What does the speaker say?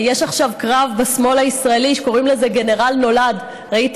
יש עכשיו קרב בשמאל הישראלי שקוראים לזה "גנרל נולד"; ראיתי